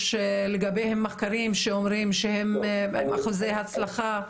יש לגביהן מחקרים שאומרים שהן עם אחוזי הצלחה?